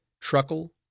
truckle